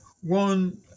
One